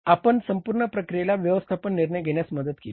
तर आपण संपूर्ण प्रक्रियेला व्यवस्थापन निर्णय घेण्यास मदत केली